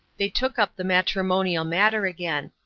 they took up the matrimonial matter again.